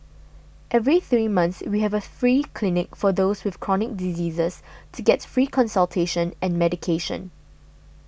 every three months we have a free clinic for those with chronic diseases to get free consultation and medication